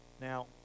Now